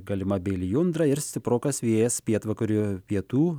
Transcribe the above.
galima bei lijundra ir stiprokas vėjas pietvakarių pietų